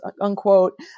unquote